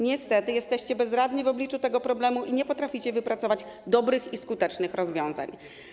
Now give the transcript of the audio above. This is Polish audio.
Niestety jesteście bezradni w obliczu tego problemu i nie potraficie wypracować dobrych i skutecznych rozwiązań.